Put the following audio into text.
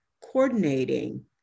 coordinating